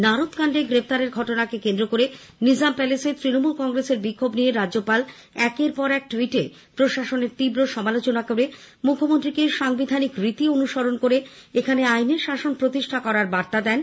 নারদ কান্ডে গ্রেফতারের ঘটনাকে কেন্দ্র করে আজ নিজাম প্যালেসে তৃণমূল কংগ্রেসের বিক্ষোভ নিয়ে রাজ্যপাল একের পর এক টুইটে প্রশাসনের তীব্র সমালোচনা করে মুখ্যমন্ত্রীকে সাংবিধানিক রীতি অনুসরণ করে এখানে আইনের শাসন প্রতিষ্ঠা করার বার্তা দেন